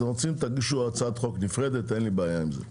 אתם רוצים, תגישו הצעה נפרדת, אין לי בעיה עם זה.